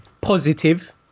positive